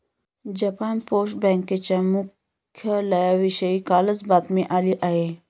Japan post बँकेच्या मुख्यालयाविषयी कालच बातमी आली आहे